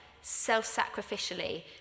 self-sacrificially